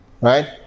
Right